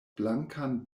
blankan